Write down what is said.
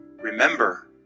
remember